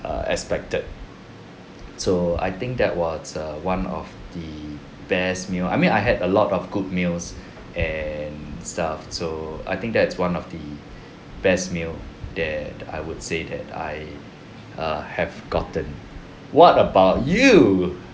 err expected so I think that was err one of the best meal I mean I had a lot of good meals and stuff so I think that's one of the best meal that I would say that I err have gotten what about you